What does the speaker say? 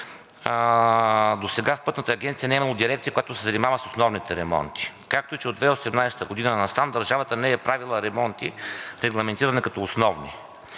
досега в Пътната агенция не е имало дирекция, която да се занимава с основните ремонти, както и че от 2018 г. насам държавата не е правила ремонти, регламентирани като основни.